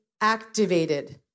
activated